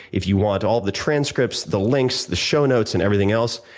if you want all the transcripts, the links, the show notes and everything else,